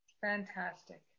fantastic